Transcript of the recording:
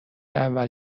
اول